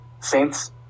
Saints